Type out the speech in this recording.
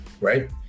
right